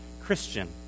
Christian